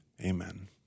Amen